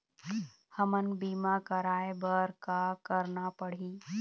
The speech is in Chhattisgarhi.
हमन बीमा कराये बर का करना पड़ही?